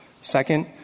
Second